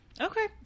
Okay